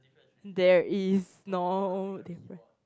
there is no difference